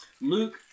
Luke